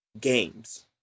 games